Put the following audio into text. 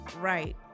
Right